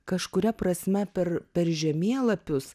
kažkuria prasme per per žemėlapius